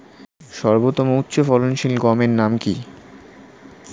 সর্বতম উচ্চ ফলনশীল গমের নাম কি?